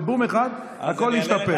בבום אחד הכול ישתפר.